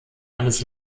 eines